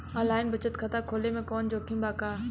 Online बचत खाता खोले में कवनो जोखिम बा का?